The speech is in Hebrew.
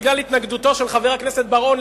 בגלל התנגדותו של חבר הכנסת בר-און,